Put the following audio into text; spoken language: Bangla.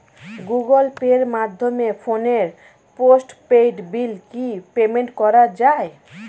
গুগোল পের মাধ্যমে ফোনের পোষ্টপেইড বিল কি পেমেন্ট করা যায়?